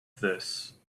this